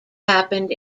happened